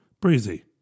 Breezy